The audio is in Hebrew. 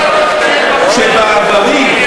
שבעברי,